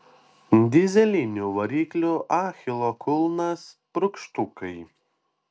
dyzelinių variklių achilo kulnas purkštukai